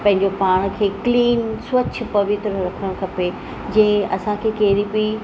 पंहिंजो पाण खे क्लीन स्वच्छ पवित्र रखणु खपे जीअं असांखे कहिड़ी बि